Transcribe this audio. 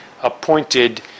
appointed